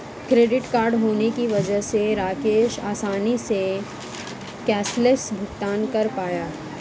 credit card होने की वजह से राकेश आसानी से कैशलैस भुगतान कर पाया